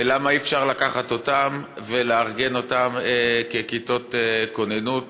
למה אי-אפשר לקחת אותם ולארגן אותם ככיתות כוננות